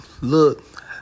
look